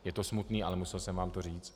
Je to smutné, ale musel jsem vám to říct.